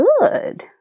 good